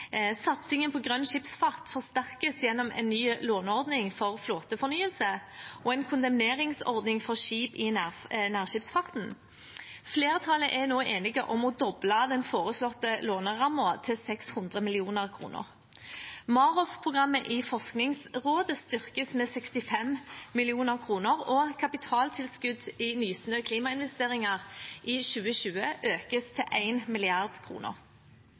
Satsingen på grønn skipsfart forsterkes gjennom en ny låneordning for flåtefornyelse og en kondemneringsordning for skip i nærskipsfarten. Flertallet er nå enige om å doble den foreslåtte lånerammen til 600 mill. kr. MAROFF-programmet i Forskningsrådet styrkes med 65 mill. kr og kapitaltilskudd i Nysnø klimainvesteringer i 2020 økes til